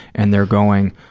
and they're going,